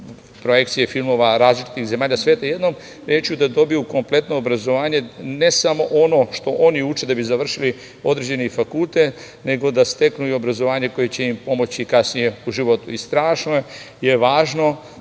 pojekcije filmova različitih zemalja sveta. Jednom rečju da dobiju kompletno obrazovanje, ne samo ono što oni uče da bi završili određeni fakultet, nego da steknu obrazovanje koje će im pomoći kasnije u životu. Strašno je važno